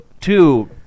two